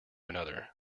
another